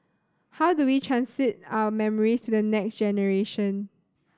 how do we transmit our memories to the next generation